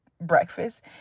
breakfast